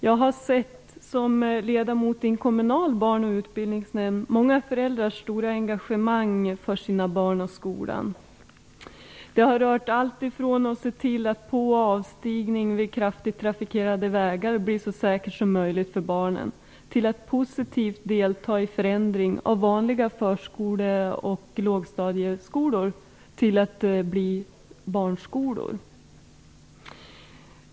Jag har som ledamot i en kommunal barn och utbildningsnämnd sett många föräldrars stora engagemang för sina barn och för skolan. Det har rört alltifrån att se till att på och avstigning vid kraftigt trafikerade vägar blir så säker som möjligt för barnen till att positivt delta i förändring av vanliga förskoleoch lågstadieskolor så att de blir barnskolor.